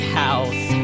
house